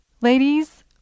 Ladies